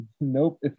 nope